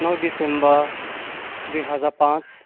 नौ दिसम्बर दुई हजार पाँच